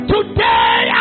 Today